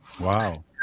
wow